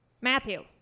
Matthew